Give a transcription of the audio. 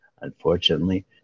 Unfortunately